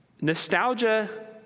nostalgia